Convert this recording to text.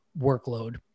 workload